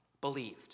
believed